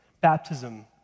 baptism